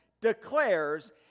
declares